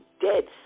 dead